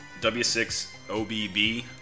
W6OBB